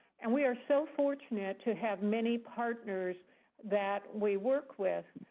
and we are so fortunate to have many partners that we work with,